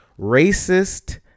racist